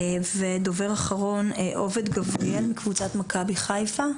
דובר אחרון, עובד גבריאל מקבוצת מכבי חיפה,